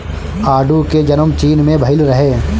आडू के जनम चीन में भइल रहे